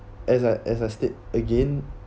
as I as I state again